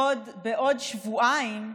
בעוד שבועיים,